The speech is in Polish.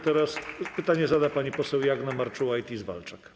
Teraz pytanie zada pani poseł Jagna Marczułajtis-Walczak.